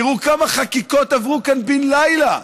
תראו כמה חקיקות עברו כאן בן לילה.